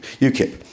UKIP